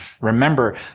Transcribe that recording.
remember